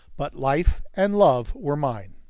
but life and love were mine.